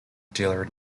dealer